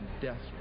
desperate